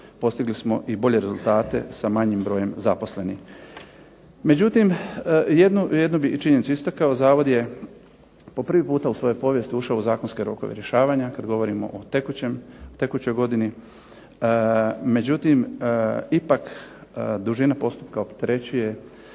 postigli smo i bolje rezultate sa manjim brojem zaposlenih. Međutim, jednu bih činjenicu istakao. Zavod je po prvi puta u svojoj povijesti ušao u zakonske rokove rješavanja kad govorimo o tekućoj godini. Međutim, ipak dužina postupka opterećuje